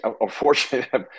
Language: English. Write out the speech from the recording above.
unfortunately